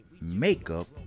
Makeup